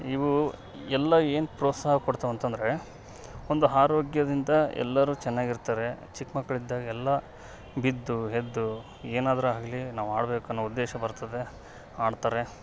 ಇವು ಎಲ್ಲ ಏನು ಪ್ರೋತ್ಸಾಹ ಕೊಡ್ತಾವೆ ಅಂತಂದರೆ ಒಂದು ಆರೋಗ್ಯದಿಂತ ಎಲ್ಲರು ಚೆನ್ನಾಗಿರ್ತಾರೆ ಚಿಕ್ಕ ಮಕ್ಕಳು ಇದ್ದಾಗ ಎಲ್ಲ ಬಿದ್ದು ಎದ್ದು ಏನಾದರು ಆಗ್ಲಿ ನಾವು ಆಡಬೇಕು ಅನ್ನೋ ಉದ್ದೇಶ ಬರ್ತದೆ ಆಡ್ತಾರೆ